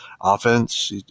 offense